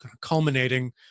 culminating